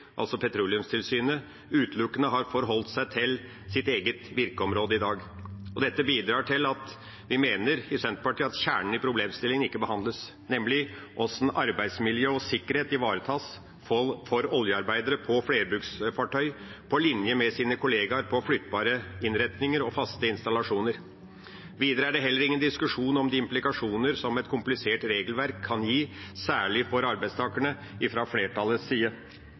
Petroleumstilsynet utelukkende har forholdt seg til sitt eget virkeområde i dag. Dette bidrar til at vi i Senterpartiet mener at kjernen i problemstillingen ikke behandles, nemlig hvordan arbeidsmiljø og sikkerhet ivaretas for oljearbeidere på flerbruksfartøy på linje med deres kollegaer på flyttbare innretninger og faste installasjoner. Videre er det heller ingen diskusjon om de implikasjoner som et komplisert regelverk kan gi, særlig for arbeidstakerne, fra flertallets side.